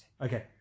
Okay